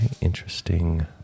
interesting